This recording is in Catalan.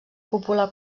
popular